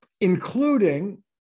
including